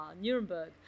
Nuremberg